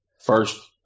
first